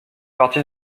partie